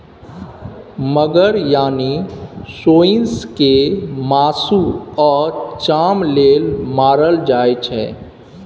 मगर यानी सोंइस केँ मासु आ चाम लेल मारल जाइ छै